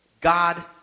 God